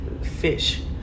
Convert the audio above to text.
fish